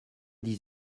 dix